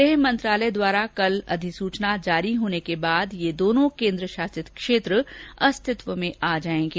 गृह मंत्रालय द्वारा कल अधिसूचना जारी होने के बाद ये दोनों केन्द्र शासित क्षेत्र अस्तित्व में आ जाएंगे